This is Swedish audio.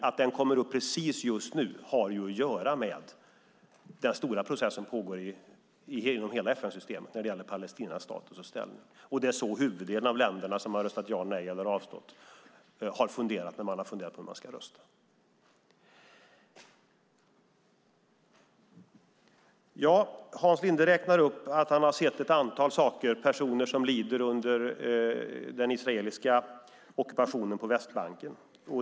Att den kommer upp precis just nu har att göra med den stora process som pågår inom hela FN-systemet när det gäller Palestinas status och ställning, och det är så huvuddelen av de länder som har röstat ja, nej eller avstått har funderat när de har funderat på hur de ska rösta. Hans Linde räknar upp att han har sett ett antal saker och personer som lider under den israeliska ockupationen på Västbanken.